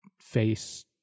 face